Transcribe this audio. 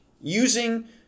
using